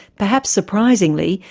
perhaps surprisingly,